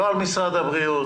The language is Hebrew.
על משרד הבריאות.